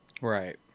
Right